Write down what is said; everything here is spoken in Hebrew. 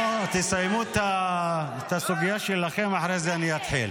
בואו תסיימו את הסוגיה שלכם, ואחרי זה אני אתחיל.